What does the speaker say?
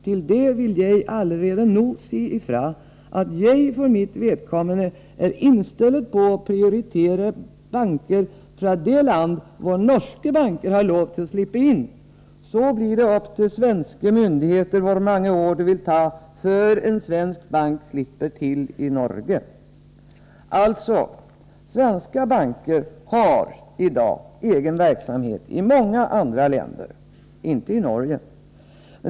Til det vil jeg allerede nå si i fra at jeg for mitt vedkommende er innstillet på å prioritere banker fra de land hvor norske banker har lov til å slippe inn. Så blir det opp til svenske myndigheter hvor mange år det vil ta för en svensk bank slipper til i Norge.” Svenska banker har i dag egen verksamhet i många länder — om än inte i Norge.